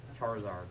Charizard